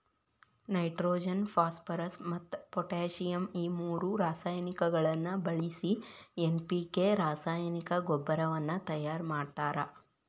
nitrogen phosphorus ಮತ್ತ್ potassium ಈ ಮೂರು ರಾಸಾಯನಿಕಗಳನ್ನ ಬಳಿಸಿ ಎನ್.ಪಿ.ಕೆ ರಾಸಾಯನಿಕ ಗೊಬ್ಬರವನ್ನ ತಯಾರ್ ಮಾಡ್ತಾರ